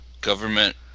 government